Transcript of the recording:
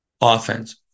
offense